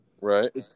right